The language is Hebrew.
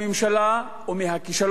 או מהכישלון המדיני,